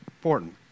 Important